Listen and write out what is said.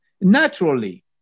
Naturally